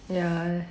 ya